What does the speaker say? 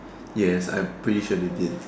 yes I'm pretty sure they did